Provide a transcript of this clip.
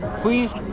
Please